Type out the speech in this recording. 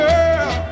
Girl